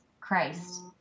Christ